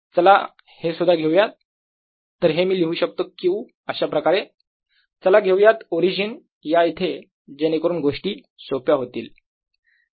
चला हेसुद्धा घेऊया तर हे मी लिहू शकतो Q अशाप्रकारे चला घेऊयात ओरिजिन या इथे जेणेकरून गोष्टी सोप्या होतील